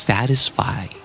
Satisfy